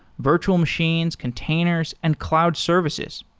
virtual machines, containers and cloud services